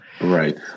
Right